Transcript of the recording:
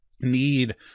need